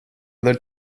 other